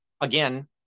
again